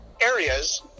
Areas